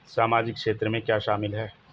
सामाजिक क्षेत्र में क्या शामिल है?